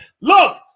look